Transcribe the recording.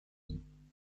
den